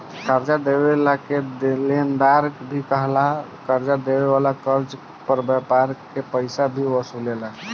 कर्जा देवे वाला के लेनदार भी कहाला, कर्जा देवे वाला कर्ज पर ब्याज के पइसा भी वसूलेला